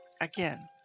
again